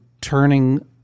turning